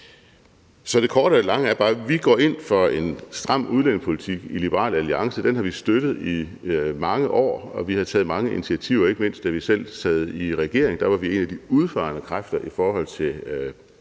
Så det korte af det lange er bare, at vi i Liberal Alliance går ind for en stram udlændingepolitik. Den har vi støttet i mange år, og vi har taget mange initiativer, ikke mindst da vi selv sad i regering. Da var vi en af de udfarende kræfter i forhold til